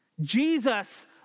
Jesus